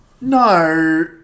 No